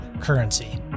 currency